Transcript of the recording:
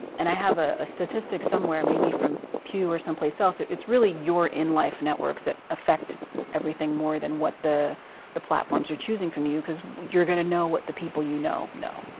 and i have a ah statistic somewhere maybe from pew or someplace else, it's really your in-life networks that affect everything more than what the the platforms are choosing from you. cause you're gonna know what the people you know, know,